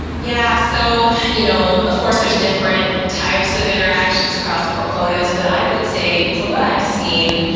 yeah. so you know of course, there's different types of interactions across the portfolios. but i would say from what i've seen,